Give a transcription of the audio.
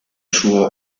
suo